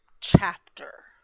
chapter